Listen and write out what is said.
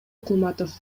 кулматов